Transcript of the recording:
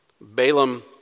Balaam